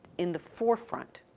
in the forefront.